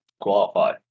qualify